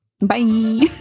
Bye